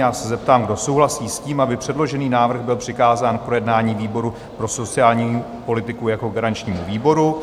Já se zeptám, kdo souhlasí s tím, aby předložený návrh byl přikázán k projednání výboru pro sociální politiku jako garančnímu výboru.